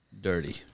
Dirty